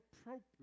appropriate